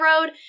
road